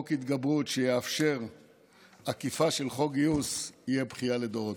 חוק התגברות שיאפשר עקיפה של חוק גיוס יהיה בכייה לדורות.